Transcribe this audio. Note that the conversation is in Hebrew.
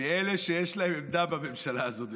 מאלה שיש להם עמדה בממשלה הזאת,